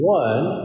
one